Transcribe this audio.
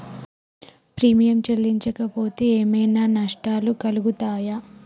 Premium చెల్లించకపోతే ఏమైనా నష్టాలు కలుగుతయా?